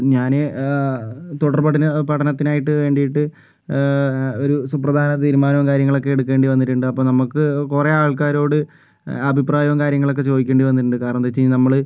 ഞാന് തുടർപഠന പഠനത്തിനായിട്ട് വേണ്ടീട്ട് ഒരു സുപ്രധാന തീരുമാനവും കാര്യങ്ങളുമൊക്കെ എടുക്കേണ്ടി വന്നിട്ടുണ്ട് അപ്പം നമുക്ക് കുറെ ആൾക്കാരോട് അഭിപ്രായവും കാര്യങ്ങളക്കെ ചോദിക്കേണ്ടി വന്നിട്ടുണ്ട് കാരണം എന്താന്ന് വച്ച് കഴിഞ്ഞാൽ നമ്മള്